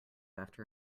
after